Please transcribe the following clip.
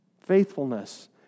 Faithfulness